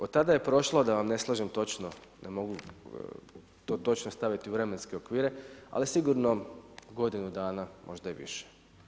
Od tada je prošlo da vam ne slažem točno ne mogu to točno staviti u vremenske okvire, ali sigurno godinu danas možda i više.